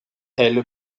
elle